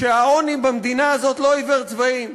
שהעוני במדינה הזאת לא עיוור צבעים,